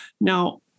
Now